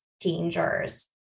dangers